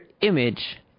image